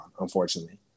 unfortunately